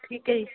ਠੀਕ ਹੈ ਜੀ